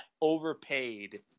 overpaid